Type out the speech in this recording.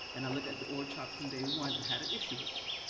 and i looked at the org chart from day one and had an issue with it.